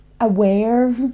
aware